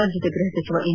ರಾಜ್ಯದ ಗೃಹ ಸಚಿವ ಎಂ